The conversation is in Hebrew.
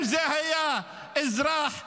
אם זה היה אזרח יהודי,